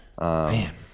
Man